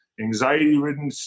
anxiety-ridden